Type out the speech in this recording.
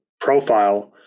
profile